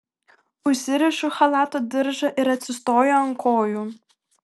užsirišu chalato diržą ir atsistoju ant kojų